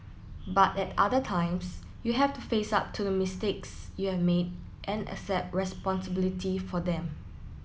but at other times you have to face up to the mistakes you have made and accept responsibility for them